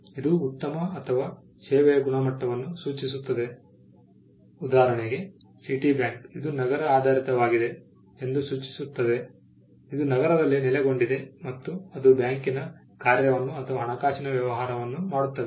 ಇದು ಉತ್ತಮ ಅಥವಾ ಸೇವೆಯ ಗುಣಮಟ್ಟವನ್ನು ಸೂಚಿಸುತ್ತದೆ ಉದಾಹರಣೆಗೆ ಸಿಟಿಬ್ಯಾಂಕ್ ಇದು ನಗರ ಆಧಾರಿತವಾಗಿದೆ ಎಂದು ಸೂಚಿಸುತ್ತದೆ ಅದು ನಗರದಲ್ಲಿ ನೆಲೆಗೊಂಡಿದೆ ಮತ್ತು ಅದು ಬ್ಯಾಂಕಿನ ಕಾರ್ಯವನ್ನು ಅಥವಾ ಹಣಕಾಸಿನ ವ್ಯವಹಾರವನ್ನು ಮಾಡುತ್ತದೆ